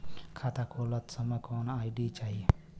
खाता खोलत समय कौन आई.डी चाही?